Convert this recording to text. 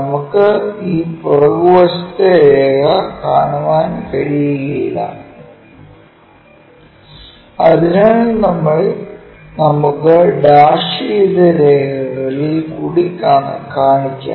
നമുക്ക് ഈ പുറകുവശത്തെ രേഖകൾ കാണാൻ കഴിയില്ല അതിനാൽ നമുക്ക് ഡാഷ് ചെയ്ത രേഖകളിൽ കൂടി കാണിക്കാം